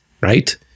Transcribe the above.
right